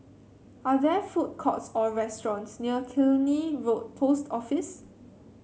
are there food courts or restaurants near Killiney Road Post Office